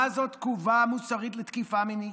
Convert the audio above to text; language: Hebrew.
מה זאת תגובה מוסרית לתקיפה מינית?